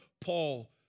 Paul